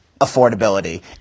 affordability